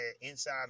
inside